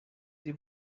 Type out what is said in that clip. sie